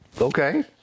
Okay